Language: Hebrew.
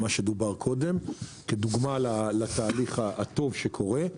כפי שנאמר קודם כדוגמה לתהליך הטוב שקורה.